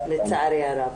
לצערי הרב.